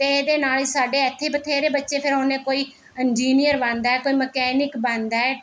ਅਤੇ ਇਹਦੇ ਨਾਲ ਹੀ ਸਾਡੇ ਇੱਥੇ ਬਥੇਰੇ ਬੱਚੇ ਫਿਰ ਹੁਣ ਕੋਈ ਇੰਜੀਨੀਅਰ ਬਣਦਾ ਕੋਈ ਮਕੈਨਿਕ ਬਣਦਾ ਹੈ